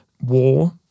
war